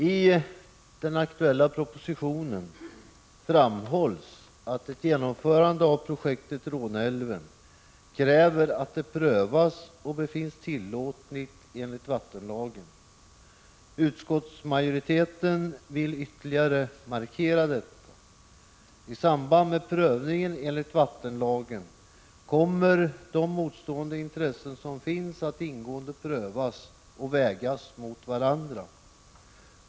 I den aktuella propositionen framhålls att ett genomförande av projektet givetvis kräver att det prövas och befinns tillåtligt enligt vattenlagen. Utskottsmajoriteten vill ytterligare markera detta. I samband med prövningen enligt vattenlagen kommer de motstående intressen som finns att ingående prövas och vägas mot varandra.